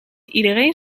iedereen